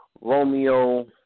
Romeo